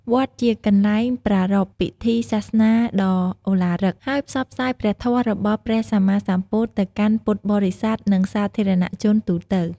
វត្តជាកន្លែងប្រារព្ធពិធីសាសនាដ៏ឱឡារិក ហើយផ្សព្វផ្សាយព្រះធម៌ របស់ព្រះសម្មាសម្ពុទ្ធទៅកាន់ពុទ្ធបរិស័ទ និងសាធារណជនទូទៅ។